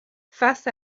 face